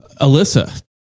Alyssa